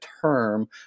term